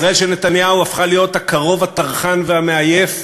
ישראל של נתניהו הפכה להיות הקרוב הטרחן והמעייף,